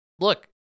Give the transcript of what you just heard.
look